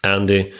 Andy